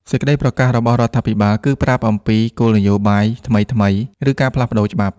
សេចក្តីប្រកាសរបស់រដ្ឋាភិបាលគឺប្រាប់ អំពីគោលនយោបាយថ្មីៗ ឬការផ្លាស់ប្ដូរច្បាប់។